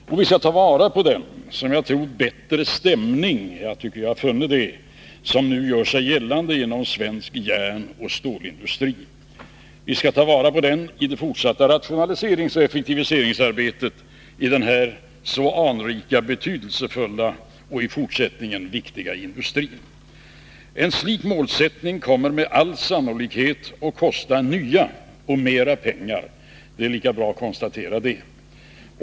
Vi skall ta vara på den — som jag tycker mig ha funnit — bättre stämning som nu gör sig gällande inom svensk järnoch stålindustri i det fortsatta rationaliseringsoch effektiviseringsarbetet i den här så anrika, betydelsefulla och i fortsättningen viktiga industrin. En slik målsättning kommer med all sannolikhet att kosta nya pengar, mera pengar — det är lika bra att konstatera det.